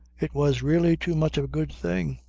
it was really too much of a good thing.